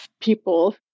people